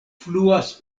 fluas